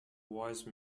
wise